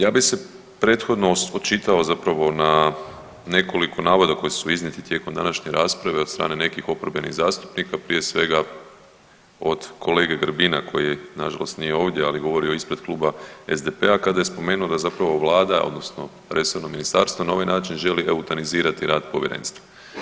Ja bi se prethodno očitao zapravo na nekoliko navoda koji su iznijeti tijekom današnje rasprave od strane nekih oporbenih zastupnika prije svega od kolege Grbina koji nažalost nije ovdje ali je govorio ispred Kluba SDP-a kada je spomenuo da zapravo vlada odnosno resorno ministarstvo na ovaj način želi eutanazirati rad povjerenstva.